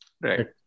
Right